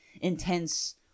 intense